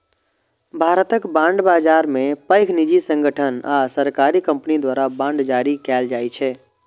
भारतक बांड बाजार मे पैघ निजी संगठन आ सरकारी कंपनी द्वारा बांड जारी कैल जाइ छै